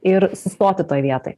ir sustoti toj vietoj